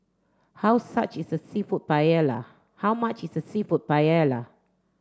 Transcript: how such is a Seafood Paella how much is a Seafood Paella